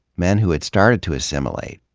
men who had started to assimilate,